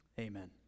Amen